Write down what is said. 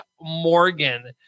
morgan